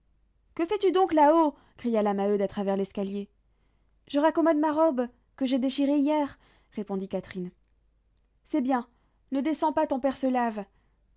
que fais-tu donc là-haut cria la maheude à travers l'escalier je raccommode ma robe que j'ai déchirée hier répondit catherine c'est bien ne descends pas ton père se lave